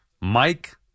Mike